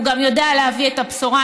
והוא גם יודע להביא את הבשורה.